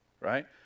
right